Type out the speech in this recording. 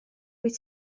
wyt